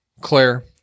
Claire